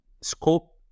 scope